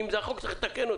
כי אם זה החוק צריך לתקן אותו.